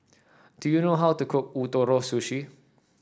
do you know how to cook Ootoro Sushi